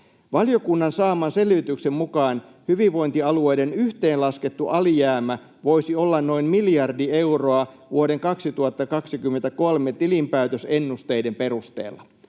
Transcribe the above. Valiokunnan saaman selvityksen mukaan hyvinvointialueiden yhteenlaskettu alijäämä voisi olla noin miljardi euroa vuoden 2023 tilinpäätösennusteiden perusteella”.